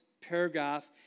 paragraph